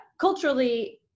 Culturally